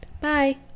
Bye